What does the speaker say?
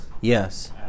Yes